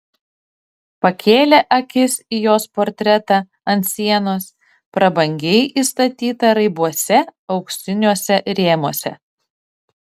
pakėlė akis į jos portretą ant sienos prabangiai įstatytą raibuose auksiniuose rėmuose